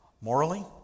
Morally